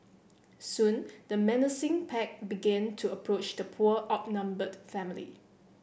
soon the menacing pack began to approach the poor outnumbered family